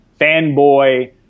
fanboy